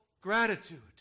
gratitude